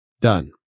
done